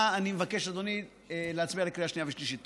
אני מבקש, אדוני, להצביע בקריאה שנייה ושלישית.